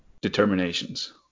determinations